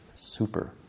super